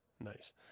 Nice